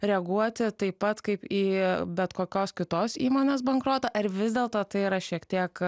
reaguoti taip pat kaip į bet kokios kitos įmonės bankrotą ar vis dėlto tai yra šiek tiek